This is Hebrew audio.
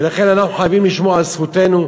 ולכן, אנחנו חייבים לשמור על זכותנו,